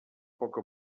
poca